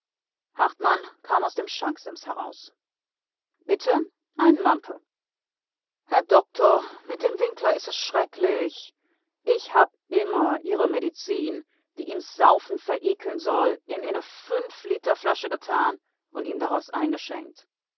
hartmann kam aus dem schanksims heraus bitte ein mampe herr dokter mit dem winkler is es schrecklich ich hab immer ihre medizin die ihm's saufen verekeln soll in eene fünfliterflasche getan und ihm daraus eingeschenkt